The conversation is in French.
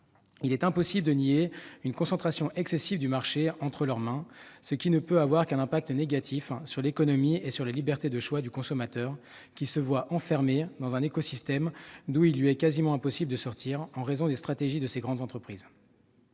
Il est impossible de nier une concentration excessive du marché entre leurs mains, ce qui ne peut avoir qu'une incidence négative sur l'économie et la liberté de choix du consommateur, qui se voit enfermé dans un écosystème duquel il lui est quasiment impossible de sortir en raison des stratégies de ces grandes entreprises.